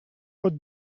pot